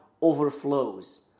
overflows